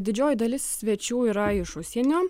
didžioji dalis svečių yra iš užsienio